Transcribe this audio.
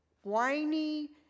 whiny